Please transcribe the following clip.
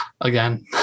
again